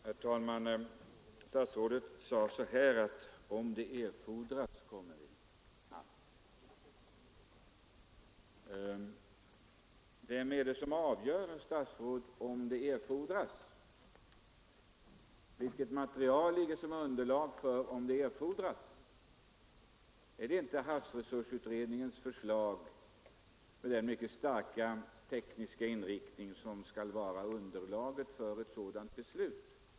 Herr talman! Statsrådet sade att om det erfordras kommer vi att osv. Vem avgör, herr statsråd, om det erfordras? Vilket material ligger som underlag för bedömningen av om det erfordras? Är det inte havsresursutredningens förslag med dess mycket starka tekniska inriktning som skall vara underlaget för ett sådant beslut?